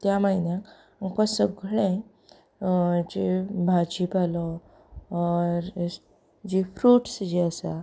त्या म्हयन्यांत आमकां सगळें जें भाजी पालो जीं फ्रूट्स जीं आसा